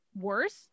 worse